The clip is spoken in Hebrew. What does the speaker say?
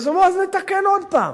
אז אמרו: אז נתקן עוד פעם.